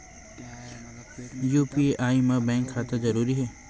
UPI मा bank खाता जरूरी हे?